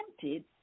tempted